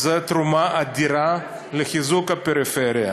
היא תרומה אדירה לחיזוק הפריפריה.